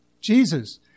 Jesus